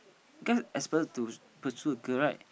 can't expect to pursuit girl right